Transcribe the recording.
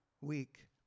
week